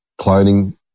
cloning